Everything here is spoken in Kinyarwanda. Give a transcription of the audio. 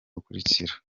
bukurikira